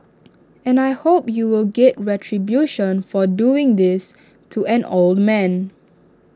and I hope you will get retribution for doing this to an old man